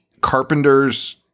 carpenters